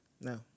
No